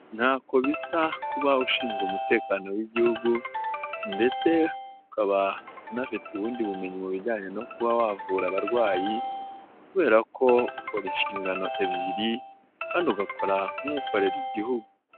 Ntako bisa kuba ushinzwe umutekano w'igihugu, ndetse ukaba unafite ubundi bumenyi mu bijyanye no kuba wavura abarwayi, kubera ko ukora inshingano ebyiri kandi ugakora nk'ukorera igihugu.